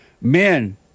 Men